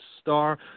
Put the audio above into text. star